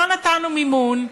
לא נתנו מימון,